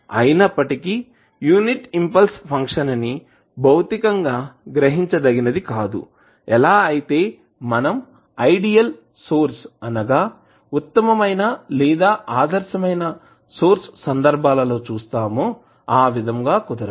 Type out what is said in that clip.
అయినప్పటికీ unit impulse function ని భౌతికంగా గ్రహించ దగినది కాదు ఎలా అయితే మనం ఐడీఎల్ సోర్స్ అనగా ఉత్తమమైన లేదా ఆదర్శమైన సోర్స్ సందర్భంలో చూస్తామో ఆ విధంగా కుదరదు